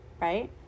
Right